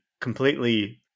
completely